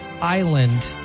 island